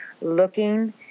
looking